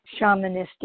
shamanistic